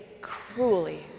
cruelly